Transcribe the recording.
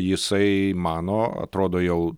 jisai mano atrodo jau